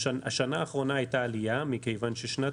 בשנה האחרונה הייתה עלייה מכיוון ששנת